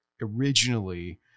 originally –